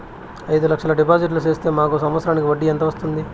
అయిదు లక్షలు డిపాజిట్లు సేస్తే మాకు సంవత్సరానికి వడ్డీ ఎంత వస్తుంది?